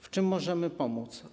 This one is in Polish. W czym możemy pomóc?